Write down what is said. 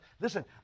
Listen